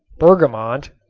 bergamot,